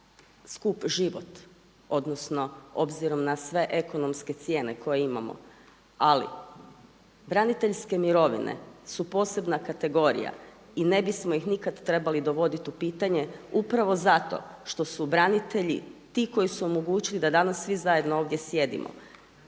skup život odnosno s obzirom na sve ekonomske cijene koje imamo. Ali, braniteljske mirovine su posebna kategorija i ne bismo ih nikad trebali dovoditi u pitanje upravo zato što su branitelji ti koji su omogućili da danas svi zajedno ovdje sjedimo.